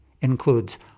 includes